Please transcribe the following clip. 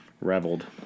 Reveled